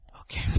Okay